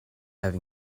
have